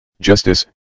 Justice